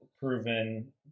Proven